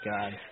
God